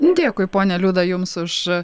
dėkui ponia liuda jums už